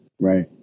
Right